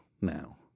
now